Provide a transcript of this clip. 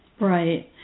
Right